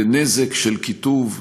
ונזק של קיטוב,